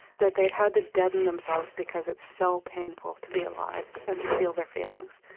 that they've had to deaden themselves because it's so painful to be alive and to feel their feelings.